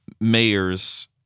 mayors